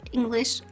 English